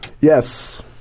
Yes